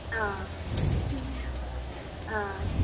आ आ